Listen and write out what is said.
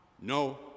no